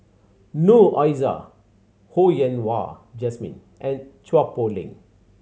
Noor Aishah Ho Yen Wah Jesmine and Chua Poh Leng